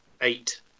eight